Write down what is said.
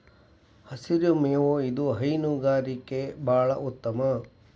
ಹಸಿರು ಮೇವು ಇದು ಹೈನುಗಾರಿಕೆ ಬಾಳ ಉತ್ತಮ